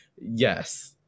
Yes